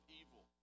evil